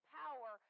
power